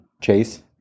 Chase